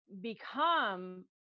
become